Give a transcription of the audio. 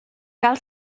cal